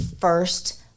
first